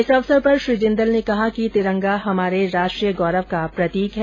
इस अवसर पर श्री जिंदल ने कहा कि तिरंगा हमारे राष्ट्रीय गौरव का प्रतीक है